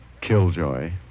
Killjoy